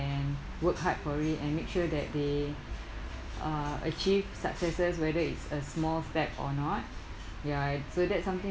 and work hard for it and make sure that they uh achieve successes whether it's a small fact or not ya so that's something